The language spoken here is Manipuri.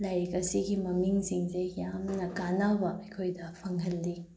ꯂꯥꯏꯔꯤꯛ ꯑꯁꯤꯒꯤ ꯃꯃꯤꯡ ꯁꯤꯡꯁꯦ ꯌꯥꯝꯅ ꯀꯥꯟꯅꯕ ꯑꯩꯈꯣꯏꯗ ꯐꯪꯍꯜꯂꯤ